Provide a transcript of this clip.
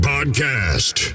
Podcast